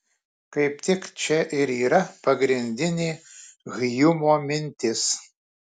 kaip tik čia ir yra pagrindinė hjumo mintis